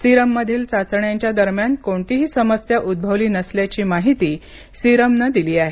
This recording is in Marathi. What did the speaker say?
सिरममधील चाचण्यांच्या दरम्यान कोणतीही समस्या उद्भवली नसल्याची माहिती सिरमनं दिली आहे